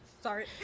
Sorry